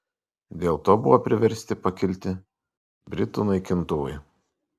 dėl to buvo priversti pakilti britų naikintuvai